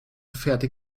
fertig